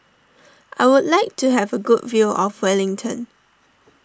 I would like to have a good view of Wellington